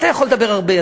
אתה יכול לדבר הרבה,